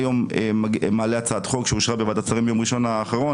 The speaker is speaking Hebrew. אני מעלה היום הצעת חוק שאושרה בוועדת שרים ביום ראשון האחרון,